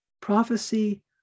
prophecy